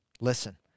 listen